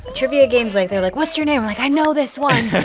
trivia games, like they're like, what's your name? like, i know this one